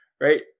right